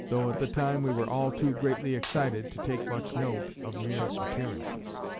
though at the time we were all too greatly excited to take much note of mere appearances.